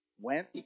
Went